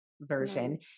version